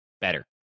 better